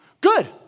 Good